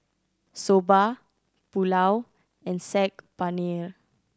Soba Pulao and Saag Paneer